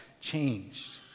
changed